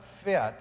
fit